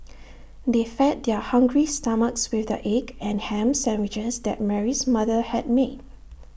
they fed their hungry stomachs with the egg and Ham Sandwiches that Mary's mother had made